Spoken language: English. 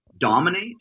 dominate